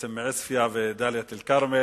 בעצם מעוספיא ודאלית-אל-כרמל,